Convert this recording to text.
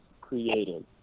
created